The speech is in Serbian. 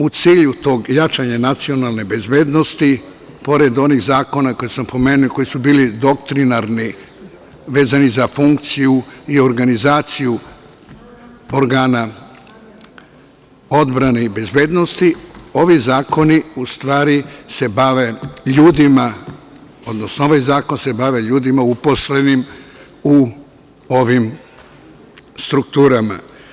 U cilju tog jačanja nacionalne bezbednosti, pored onih zakona koje sam pomenuo i koji su bili doktrinarni, vezani za funkciju i organizaciju organa odbrane i bezbednosti, ovi zakoni u stvari se bave ljudima, odnosno ovaj zakon se bavi ljudima uposlenim u ovim strukturama.